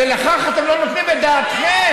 ולכך אתם לא נותנים את דעתכם.